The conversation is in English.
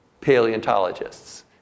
paleontologists